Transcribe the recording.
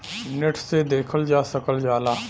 net से देखल जा सकल जाला